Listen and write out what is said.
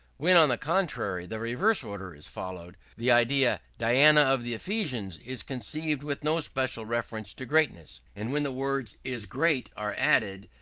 when, on the contrary, the reverse order is followed, the idea, diana of the ephesians is conceived with no special reference to greatness and when the words is great are added,